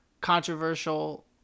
controversial